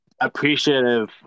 appreciative